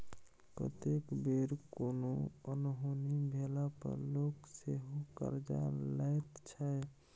कतेक बेर कोनो अनहोनी भेला पर लोक सेहो करजा लैत छै